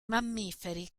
mammiferi